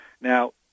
Now